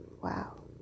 Wow